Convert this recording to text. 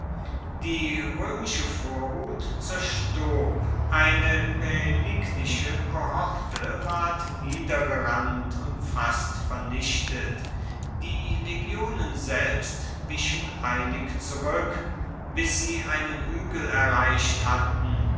die roemische vorhut zerstob eine paelignische kohorte ward niedergerannt und fast vernichtet die legionen selbst wichen eilig zurueck bis sie einen huegel erreicht hatten